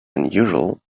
unusual